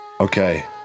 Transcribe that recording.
okay